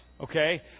Okay